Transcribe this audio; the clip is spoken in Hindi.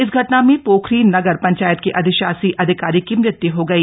इस घटना में पोखरी नगर पंचायत के अधिशासी अधिकारी की मृत्यु हो गई